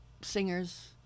singers